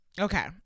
Okay